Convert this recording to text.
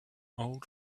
old